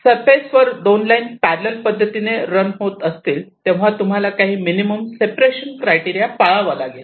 surface वर दोन lines parallel पद्धतीने रन होत असतील तेव्हा तुम्हाला काही मिनिमम सेपरेशन क्रायटेरिया पाळावा लागेल